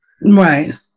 Right